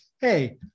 Hey